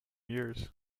years